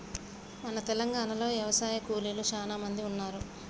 మన తెలంగాణలో యవశాయ కూలీలు సానా మంది ఉన్నారు